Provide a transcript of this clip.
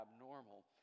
abnormal